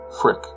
Frick